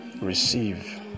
receive